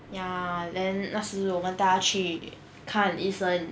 ya then 那时我们带她去看医生